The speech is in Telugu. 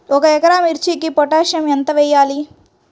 ఒక ఎకరా మిర్చీకి పొటాషియం ఎంత వెయ్యాలి?